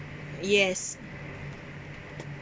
yes